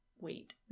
wait